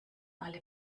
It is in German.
alle